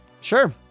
Sure